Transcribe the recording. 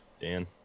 dan